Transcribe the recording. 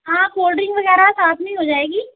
हाँ कोल्ड्रिंक वगैरह साथ में ही हो जाएगी